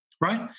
right